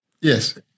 Yes